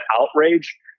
outrage